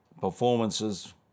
performances